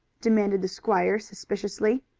demanded the squire suspiciously.